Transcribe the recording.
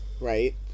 right